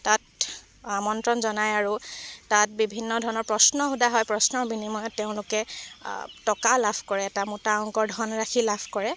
তাত আমন্ত্ৰণ জনায় আৰু তাত বিভিন্ন ধৰণৰ প্ৰশ্ন সোধা হয় প্ৰশ্নৰ বিনিময়ত তেওঁলোকে টকা লাভ কৰে এটা মোটা অংকৰ ধনৰাশী লাভ কৰে